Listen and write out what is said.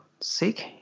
Seek